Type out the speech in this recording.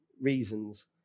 reasons